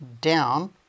down